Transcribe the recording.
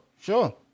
Sure